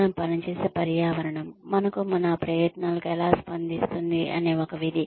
మనం పనిచేసే పర్యావరణం మనకు మన ప్రయత్నాలకు ఎలా స్పందిస్తుంది అనే ఒక విధి